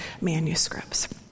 manuscripts